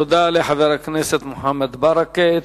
תודה לחבר הכנסת מוחמד ברכה.